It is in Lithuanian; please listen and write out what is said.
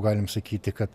galim sakyti kad